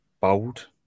bold